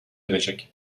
edecek